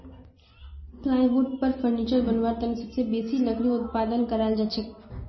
plywood आर furniture बनव्वार तने सबसे बेसी लकड़ी उत्पादन कराल जाछेक